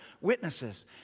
witnesses